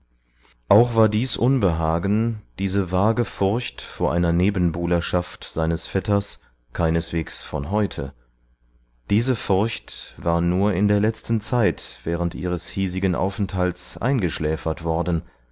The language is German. auch war dies unbehagen diese vage furcht vor einer nebenbuhlerschaft seines vetters keineswegs von heute diese furcht war nur in der letzten zeit während ihres hiesigen aufenthalts eingeschläfert worden